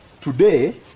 today